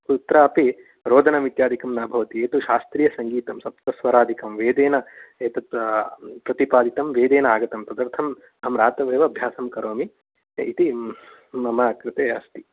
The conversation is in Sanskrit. कुत्रापि रोदनम् इत्यादिकं न भवति ये तु शास्त्रीयसङ्गीतं सप्तस्वरादिकं वेदेन एतत् प्रतिपादितं वेदेन आगतं तदर्थम् अहं रात्रौ एव अभ्यासं करोमि इति मम कृते अस्ति